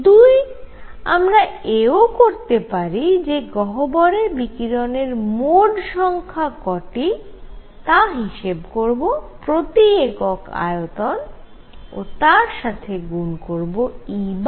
দুই আমরা এও করতে পারি যে গহ্বরে বিকিরণের মোড সংখ্যা কটি তা হিসেব করব প্রতি একক আয়তন ও তার সাথে গুন করব E